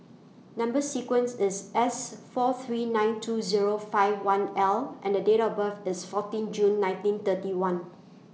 Number sequence IS S four three nine two Zero five one L and Date of birth IS fourteen June nineteen thirty one